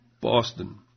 Boston